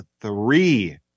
three